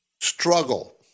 struggle